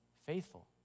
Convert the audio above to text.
faithful